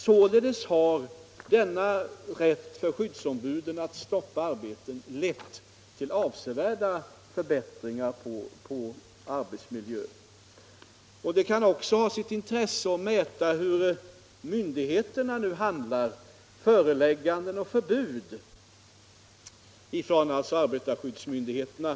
Således har denna rätt för skyddsombuden att stoppa arbeten lett till avsevärda förbättringar av arbetsmiljön. Det kan också ha sitt intresse att mäta hur myndigheterna nu handlar, att studera förelägganden och förbud från arbetarskyddsmyndigheterna.